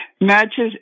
matches